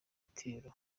igitero